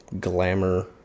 glamour